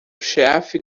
chefe